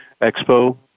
Expo